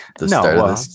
No